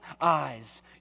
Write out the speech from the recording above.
eyes